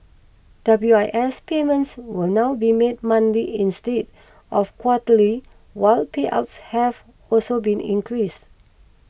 W I S payments will now be made monthly instead of quarterly while payouts have also been increased